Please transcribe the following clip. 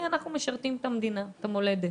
אנחנו משרתים את המדינה או את המולדת.